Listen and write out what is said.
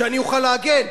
שאני אוכל להגן,